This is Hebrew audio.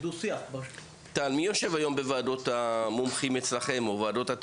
טל, מי יושב היום בוועדות הטכניות אצלכם?